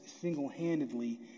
single-handedly